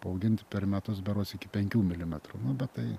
paauginti per metus berods iki penkių milimetrų nu bet tai